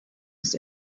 ist